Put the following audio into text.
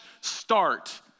start